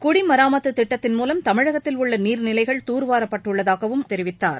குடிமாமத்து திட்டத்தின் மூலம் தமிழகத்தில் உள்ள நீர்நிலைகள் தூர்வாரப்பட்டுள்ளதாகவும் அவர் தெரிவித்தார்